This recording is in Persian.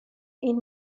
این